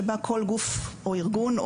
שבה כל גוף או ארגון,